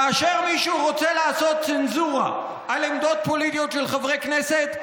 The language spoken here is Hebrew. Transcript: כאשר מישהו רוצה לעשות צנזורה על עמדות פוליטיות של חברי כנסת,